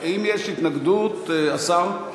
אם יש התנגדות, השר?